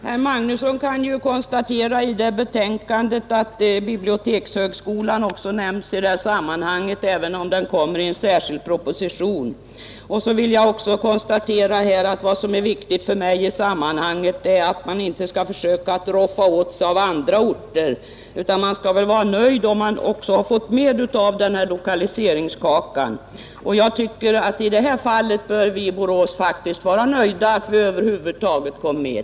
Herr talman! Herr Magnusson i Borås kan ju konstatera i betänkandet att bibliotekshögskolan också nämns i detta sammanhang, även om den kommer i en särskild proposition. Jag vill också konstatera att vad som är viktigt för mig i sammanhanget är att man inte skall försöka att roffa åt sig av andra orter. Man skall väl vara nöjd om man har fått med av denna lokaliseringskaka. Jag tycker att i detta fall bör vi i Borås faktiskt vara nöjda med att vi över huvud taget har kommit med.